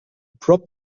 probe